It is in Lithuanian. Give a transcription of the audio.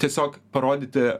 tiesiog parodyti